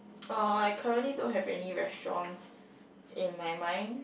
uh I currently don't have any restaurants in my mind